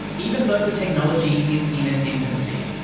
even though the technology is in its infancy,